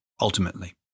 ultimately